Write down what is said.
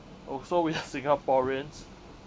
also we are singaporeans